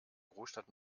großstadt